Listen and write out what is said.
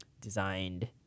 designed